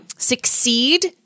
succeed